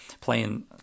playing